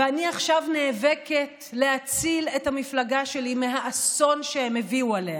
ואני עכשיו נאבקת להציל את המפלגה שלי מהאסון שהם הביאו עליה.